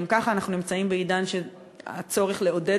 גם ככה אנחנו נמצאים בעידן שבו הצורך לעודד